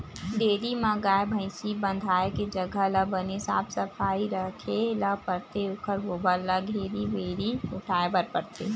dairy म गाय, भइसी बंधाए के जघा ल बने साफ सफई राखे ल परथे ओखर गोबर ल घेरी भेरी उठाए बर परथे